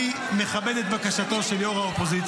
אני מכבד את בקשתו של ראש האופוזיציה,